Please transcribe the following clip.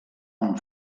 amb